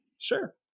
sure